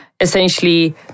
Essentially